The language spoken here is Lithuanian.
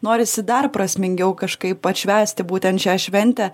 norisi dar prasmingiau kažkaip atšvęsti būtent šią šventę